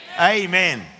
Amen